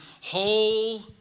whole